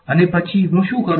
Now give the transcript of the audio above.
અને પછી હું શું કરું